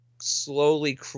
slowly